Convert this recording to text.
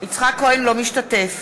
אינו משתתף